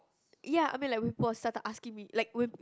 ya I mean like people have started asking me like when